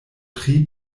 tri